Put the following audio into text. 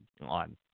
on